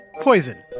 poison